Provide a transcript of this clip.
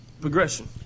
progression